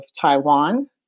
Taiwan